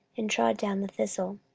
and trode down the thistle.